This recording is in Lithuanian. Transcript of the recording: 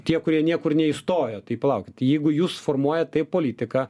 tie kurie niekur neįstojo tai palaukit jeigu jūs formuojat taip politiką